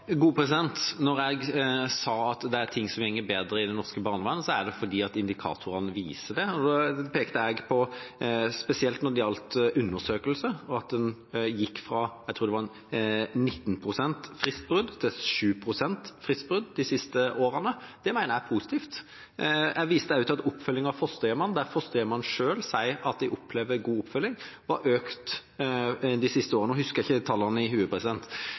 Når jeg sa at det er ting som går bedre i det norske barnevernet, er det fordi indikatorene viser det. Og så pekte jeg på spesielt når det gjaldt undersøkelser, at en gikk fra – jeg tror det var – 19 pst. fristbrudd til 7 pst. fristbrudd de siste årene. Det mener jeg er positivt. Jeg viste også til at oppfølgingen av fosterhjemmene, der fosterhjemmene selv sier at de opplever god oppfølging, har økt de siste årene – nå husker jeg ikke helt tallene i